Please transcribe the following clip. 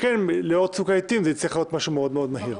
לאור צוק העיתים זה צריך להיות משהו מאוד מאוד מהיר.